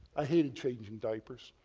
i hated changing diapers.